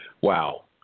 Wow